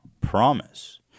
promise